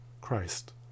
Christ